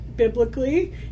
Biblically